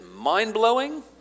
mind-blowing